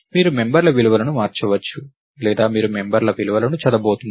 మీరు మెంబర్ల విలువలను మార్చవచ్చు లేదా మీరు మెంబర్ల విలువలను చదవబోతున్నారు